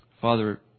Father